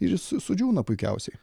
ir su sudžiūna puikiausiai